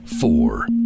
four